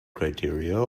criteria